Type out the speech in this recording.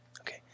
Okay